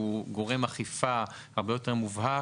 והוא גורם אכיפה הרבה יותר מובהק,